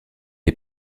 est